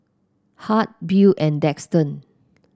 Hart Beau and Daxton